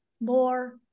more